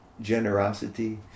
generosity